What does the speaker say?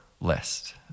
list